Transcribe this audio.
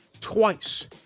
twice